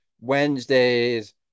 Wednesdays